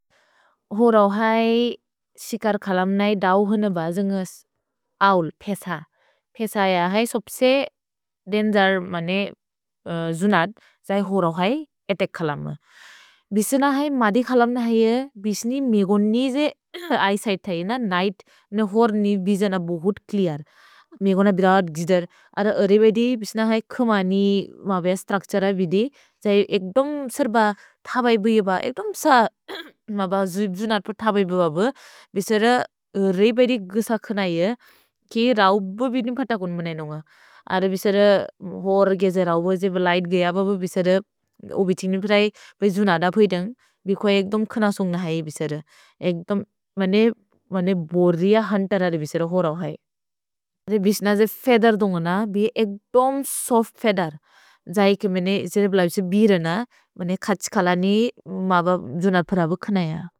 होरौ है शिकर् खलम् नै दौ होन ब जुन्गस् औल्, फेस। फेस ऐअ है सोप्से देन्जर् जुनत्, जै होरौ है एतेक् खलम्। भिस्न है मदि खलम् नै बिस्नि मेगुन् नि जे एयेसिघ्त् है न निघ्त् ने होर् नि विसिओन् अ बोहुत् च्लेअर्। मेगुन बिलत् गिज्दर्, अर रे बैदि बिस्न है खमानि म बिअ स्त्रक्त्सर बिदे, जै एक्दोम् सर्ब थबैब् बिब एक्दोम् स म ब जुनत् प थबैब् बिब बब। भिसर रे बैदि गुस खन ऐअ, केइ रौबो बिदिन् फत कोन्द् मोनेनोन्ग। अर बिसर होरौ गेज रौबो जेब लिघ्त् गय बब, बिसर ओबि त्क्सिक्नि फेत है बै जुनद फुइदन्ग्। भिको एक्दोम् खन सुन्ग है बिसर, एक्दोम् मोने मोने बोरे रिअ हुन्तेर रे बिसर होरौ है। रे बिस्न जे फेअथेर् दुन्ग न बि एक्दोम् सोफ्त् फेअथेर्, जै के मोने जे ब्लौ से बिर न मोने खछ् खलनि म ब जुनद फुइदबु खन ऐअ।